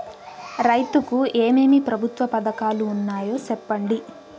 రైతుకు ఏమేమి ప్రభుత్వ పథకాలు ఉన్నాయో సెప్పండి?